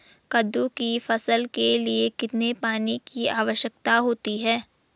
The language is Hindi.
कद्दू की फसल के लिए कितने पानी की आवश्यकता होती है?